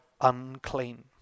unclean